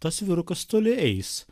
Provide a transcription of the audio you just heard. tas vyrukas toli eis